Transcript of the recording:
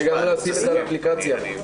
וגם להפעיל את האפליקציה.